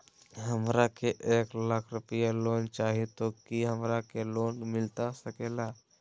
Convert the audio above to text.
हमरा के एक लाख रुपए लोन चाही तो की हमरा के लोन मिलता सकेला?